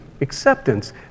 acceptance